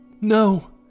no